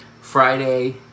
Friday